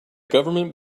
government